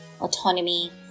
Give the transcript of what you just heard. autonomy